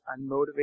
unmotivated